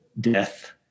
Death